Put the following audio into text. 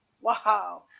Wow